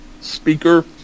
speaker